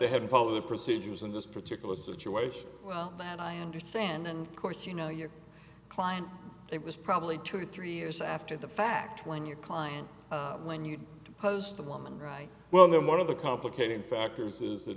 they had followed the procedures in this particular situation well that i understand and of course you know your client it was probably two or three years after the fact when your client when you posed the woman right well then one of the complicating factors is that